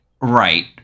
right